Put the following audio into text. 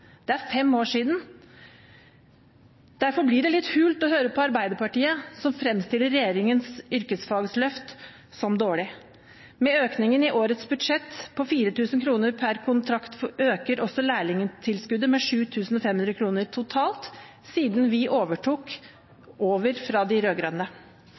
Det er fem år siden. Derfor blir det litt hult å høre på Arbeiderpartiet, som fremstiller regjeringens yrkesfagløft som dårlig. Med økningen i årets budsjett på 4 000 kr per kontrakt har også lærlingtilskuddet økt med 7 500 kr totalt siden vi overtok fra de